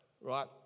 right